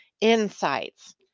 insights